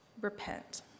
repent